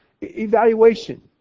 evaluation